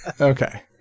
Okay